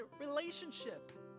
relationship